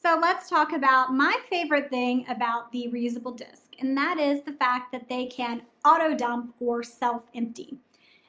so let's talk about my favorite thing about the reusable disc and that is the fact that they can auto-dump or self-empty.